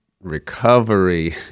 recovery